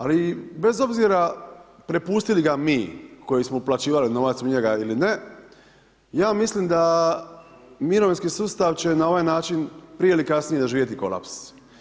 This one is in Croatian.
Ali bez obzira prepustili ga mi koji smo uplaćivali novac u njega ili ne ja mislim da mirovinski sustav će na ovaj način prije ili kasnije doživjeti kolaps.